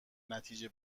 نتیجه